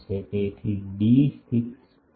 તેથી ડી 6